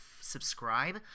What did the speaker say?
subscribe